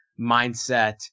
mindset